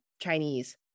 Chinese